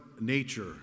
nature